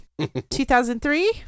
2003